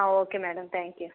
ആ okay madam thank you